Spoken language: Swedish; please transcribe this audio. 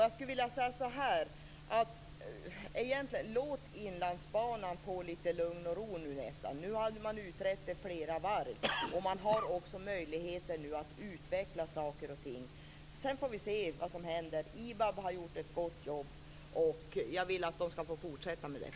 Jag skulle vilja säga så här: Låt Inlandsbanan få lite lugn och ro! Nu har man utrett detta flera varv, och man har möjligheten att utveckla saker och ting. Sedan får vi se vad som händer. IBAB har gjort ett gott jobb, och jag vill att de skall få fortsätta med det.